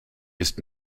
ist